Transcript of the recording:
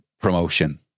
promotion